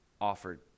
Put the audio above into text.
offered